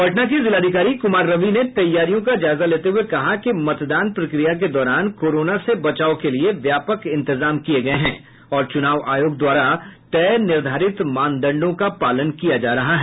पटना के जिलाधिकारी कुमार रवि ने तैयारियों का जायजा लेते हुये कहा कि मतदान प्रक्रिया के दौरान कोरोना से बचाव के लिए व्यापक इंतजाम किये गये हैं और चुनाव आयोग द्वारा तय निर्धारित मानदंडों का पालन किया जा रहा है